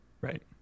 Right